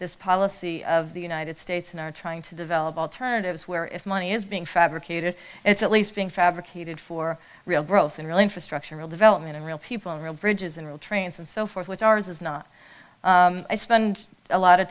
this policy of the united states and are trying to develop alternatives where if money is being fabricated it's at least being fabricated for real growth in real infrastructural development in real people real bridges and real trains and so forth which ours is not i spend a lot